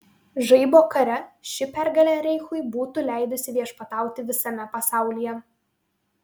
žaibo kare ši pergalė reichui būtų leidusi viešpatauti visame pasaulyje